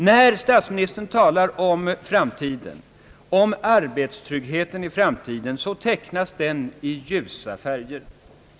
När statsministern talar om arbetstryggheten i framtiden tecknas den i ljusa färger.